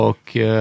Och